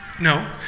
No